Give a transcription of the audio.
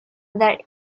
that